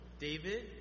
David